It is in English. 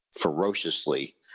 ferociously